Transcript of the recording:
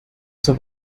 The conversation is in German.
zur